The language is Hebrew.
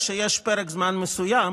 ממנו.